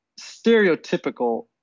stereotypical